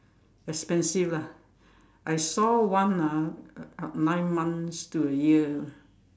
expensive lah I saw one ah uh nine months to a year